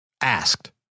asked